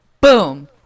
boom